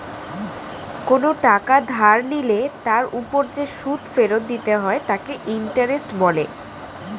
কোনো টাকা ধার নিলে তার উপর যে সুদ ফেরত দিতে হয় তাকে ইন্টারেস্ট বলে